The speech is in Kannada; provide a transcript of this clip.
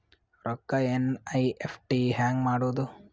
ರೊಕ್ಕ ಎನ್.ಇ.ಎಫ್.ಟಿ ಹ್ಯಾಂಗ್ ಮಾಡುವುದು?